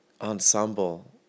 ensemble